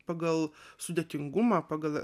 pagal sudėtingumą pagal